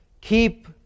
Keep